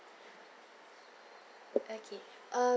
okay uh